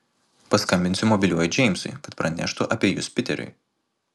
paskambinsiu mobiliuoju džeimsui kad praneštų apie jus piteriui